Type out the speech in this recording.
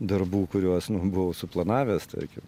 darbų kuriuos nu buvau suplanavęs tarkim